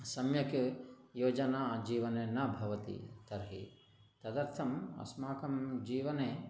सम्यक् योजना जीवने न भवति तर्हि तदर्थम् अस्माकं जीवने